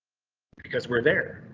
because we're there.